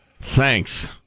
Thanks